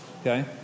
Okay